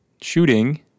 shooting